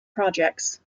projects